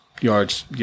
yards